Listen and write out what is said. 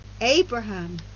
Abraham